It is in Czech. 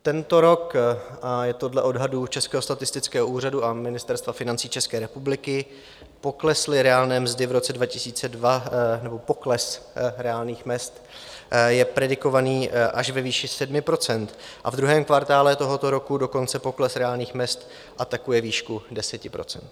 Tento rok, je to dle odhadů Českého statistického úřadu a Ministerstva financí České republiky, poklesly reálné mzdy v roce 2002, nebo pokles reálných mezd je predikovaný až ve výši 7 %, a v druhém kvartálu tohoto roku dokonce pokles reálných mezd atakuje výšku 10 %.